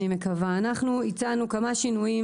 אני מקווה: אנחנו הצענו כמה שינויים